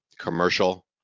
Commercial